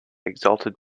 exalted